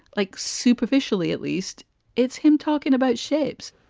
like superficially at least it's him talking about shapes.